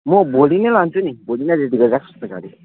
म भोलि नै लान्छु नि भोलि नै रेडी गरेर राख्छु नि त गाडी